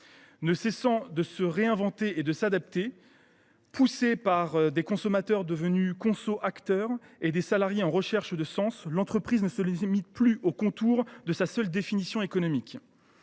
Ne cessant de se réinventer et de s’adapter, poussée par des consommateurs devenus conso acteurs et par des salariés en quête de sens, l’entreprise ne se limite plus à sa seule définition économique.